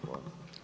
Hvala.